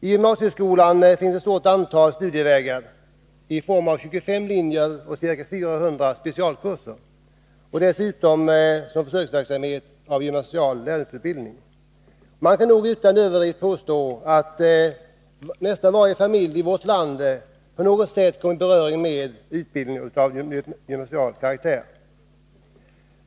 I gymnasieskolan finns ett stort antal studievägar i form av 25 linjer och ca 400 specialkurser. Dessutom finns som försöksverksamhet gymnasial lärlingsutbildning. Man kan utan överdrift påstå att nästan varje familj i vårt land på något sätt kommer i beröring med utbildning av gymnasial karaktär.